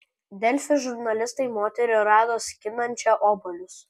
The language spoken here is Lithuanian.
delfi žurnalistai moterį rado skinančią obuolius